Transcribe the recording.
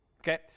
Okay